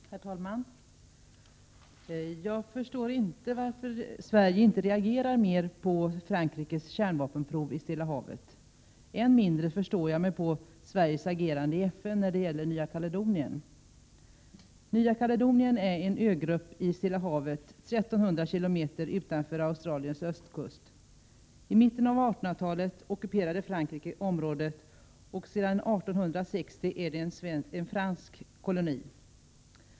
Herr talman! Jag förstår inte varför Sverige inte reagerar mer på Frankrikes kärnvapenprov i Stilla havet. Än mindre förstår jag mig på Sveriges agerande i FN när det gäller Nya Kaledonien. Nya Kaledonien är en ögrupp i Stilla havet 1 300 km utanför Australiens östkust. I mitten av 1800-talet ockuperade Frankrike området, och sedan 1860 är det en fransk koloni.